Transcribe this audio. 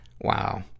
Wow